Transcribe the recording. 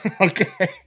Okay